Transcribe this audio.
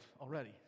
already